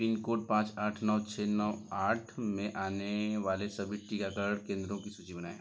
pin code पाँच आठ नौ छः नौ आठ में आने वाले सभी टीकाकरण केंद्रों की सूची बनाएँ